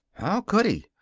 how could he?